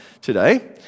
today